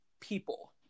people